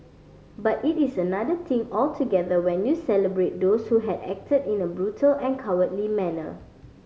but it is another thing altogether when you celebrate those who had acted in a brutal and cowardly manner